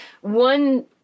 one